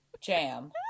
Jam